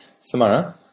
Samara